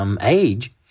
age